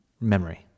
memory